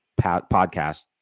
podcast